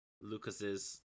Lucas's